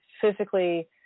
physically